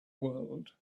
world